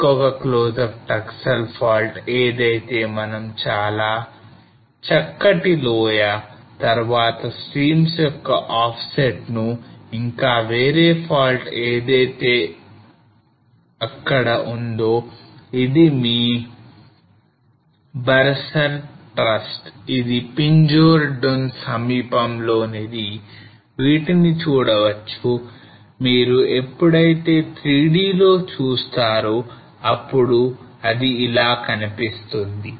ఇంకొక close up Taksal fault ఎక్కడైతే మనం చాలా చక్కటి లోయ తర్వాత streams యొక్క offset ను ఇంకా వేరే fault ఏదైతే ఎక్కడ ఉందో ఇది మీ Barsar thrust ఇది Pinjor Dun సమీపంలోనిది వీటిని చూడవచ్చు మీరు ఎప్పుడైతే 3D లో చూస్తారు అప్పుడు అది ఇలా కనిపిస్తుంది